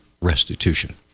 restitution